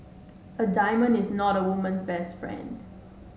a diamond is not a woman's best friend